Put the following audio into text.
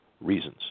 reasons